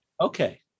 Okay